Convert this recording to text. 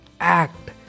act